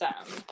awesome